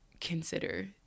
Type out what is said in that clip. consider